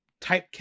typecast